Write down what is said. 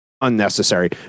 unnecessary